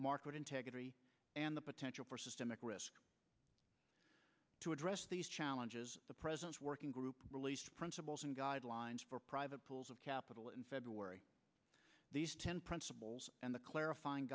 market integrity and the potential for systemic risk to address these challenges the president's working group released principles and guidelines for private pools of capital in february these ten principles and the clarifying